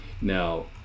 now